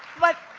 but